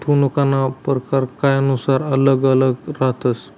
गुंतवणूकना परकार कायनुसार आल्लग आल्लग रहातस